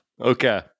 Okay